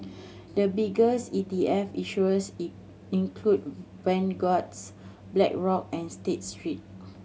the biggest E T F issuers in include Vanguards Blackrock and State Street